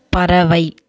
பறவை